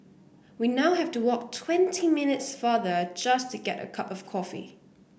we now have to walk twenty minutes farther just to get a cup of coffee